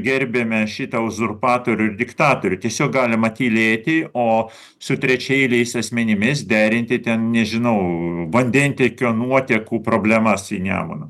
gerbiame šitą uzurpatorių ir diktatorių tiesiog galima tylėti o su trečiaeiliais asmenimis derinti ten nežinau vandentiekio nuotekų problemas į nemuną